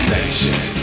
Nation